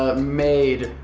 ah maid.